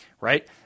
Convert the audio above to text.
Right